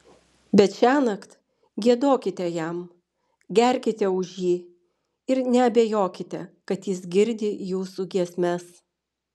bet šiąnakt giedokite jam gerkite už jį ir neabejokite kad jis girdi jūsų giesmes